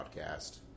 podcast